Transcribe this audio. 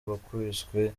wakubiswe